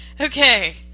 Okay